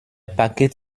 paket